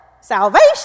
salvation